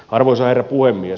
arvoisa herra puhemies